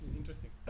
Interesting